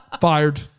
Fired